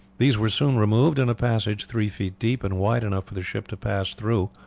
these were soon removed and a passage three feet deep, and wide enough for the ship to pass through,